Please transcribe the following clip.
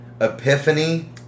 epiphany